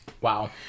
Wow